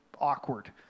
awkward